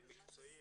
במקצועי